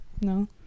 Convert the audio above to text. no